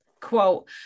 Quote